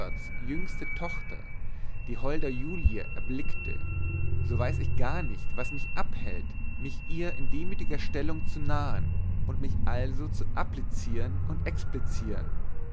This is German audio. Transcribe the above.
jüngste tochter die holde julie erblicke so weiß ich gar nicht was mich abhält mich ihr in demütiger stellung zu nahen und mich also zu applizieren und explizieren